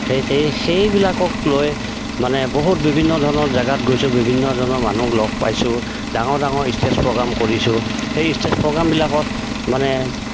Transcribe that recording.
সেই সেইবিলাকক লৈ মানে বহুত বিভিন্ন ধৰণৰ জেগাত গৈছোঁ বিভিন্ন ধৰণৰ মানুহ লগ পাইছোঁ ডাঙৰ ডাঙৰ ষ্টেজ প্ৰগ্ৰাম কৰিছোঁ সেই ষ্টেজ প্ৰগ্ৰামবিলাকত মানে